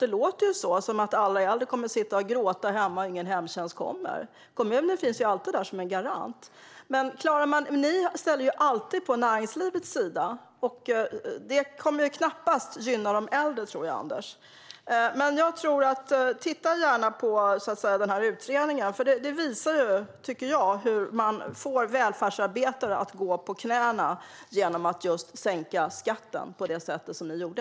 Det låter som att alla äldre kommer att sitta hemma och gråta och ingen hemtjänst kommer. Men kommunen finns ju alltid där som en garant. Ni ställer er alltid på näringslivets sida. Det tror jag knappast kommer att gynna de äldre, Anders. Men titta gärna på utredningen! Den visar, tycker jag, hur man får välfärdsarbetare att gå på knäna genom att just sänka skatten på det sätt som ni gjorde.